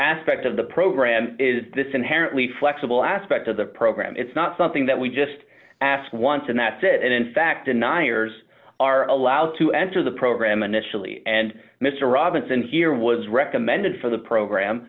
aspect of the program is this inherently flexible aspect of the program it's not something that we just ask once and that's it and in fact deniers are allowed to enter the program a nationally and mr robinson here was recommended for the program